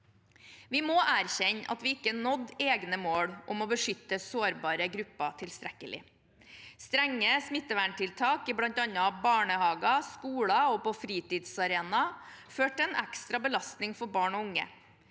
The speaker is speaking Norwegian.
Vi må erkjenne at vi ikke nådde egne mål om å beskytte sårbare grupper tilstrekkelig. Strenge smitteverntiltak i bl.a. barnehager, skoler og på fritidsarenaer førte til ekstra belastninger for barn og unge.